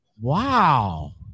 wow